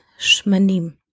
Shmanim